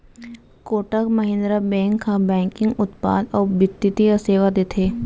Kotak Mahindra bank ह banking उत्पाद अउ बित्तीय सेवा देथे